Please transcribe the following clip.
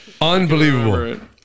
Unbelievable